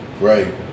Right